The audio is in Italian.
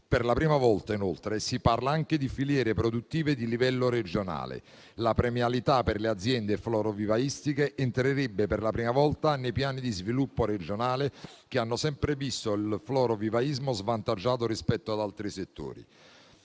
Per la prima volta, inoltre, si parla anche di filiere produttive di livello regionale. La premialità per le aziende florovivaistiche entrerebbe per la prima volta nei piani di sviluppo regionale, che hanno sempre visto il florovivaismo svantaggiato rispetto ad altri settori,